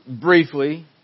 briefly